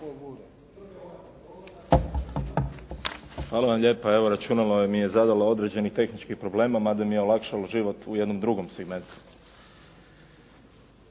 Hvala Vam lijepa. Evo računalo mi je zadalo određeni tehnički problem, mada mi je olakšalo život u jednom drugom segmentu.